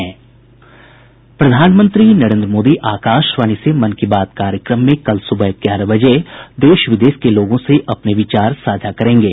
प्रधानमंत्री नरेन्द्र मोदी आकाशवाणी से मन की बात कार्यक्रम में कल सुबह ग्यारह बजे देश विदेश के लोगों से अपने विचार साझा करेंगे